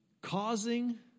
Causing